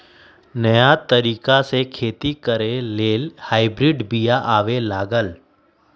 नयाँ तरिका से खेती करे लेल हाइब्रिड बिया आबे लागल